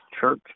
church